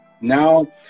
Now